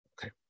okay